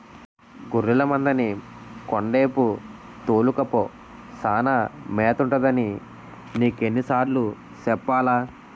గొర్లె మందని కొండేపు తోలుకపో సానా మేతుంటదని నీకెన్ని సార్లు సెప్పాలా?